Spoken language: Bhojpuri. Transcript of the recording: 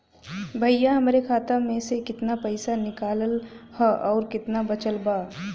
भईया हमरे खाता मे से कितना पइसा निकालल ह अउर कितना बचल बा?